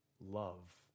love